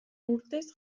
urtez